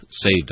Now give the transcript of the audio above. saved